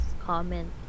comment